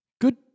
good